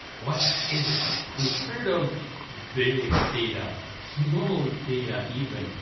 what is it? we've heard of big data, small data even,